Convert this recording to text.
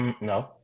No